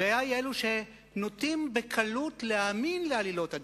הבעיה היא אלו שנוטים בקלות להאמין לעלילות הדם.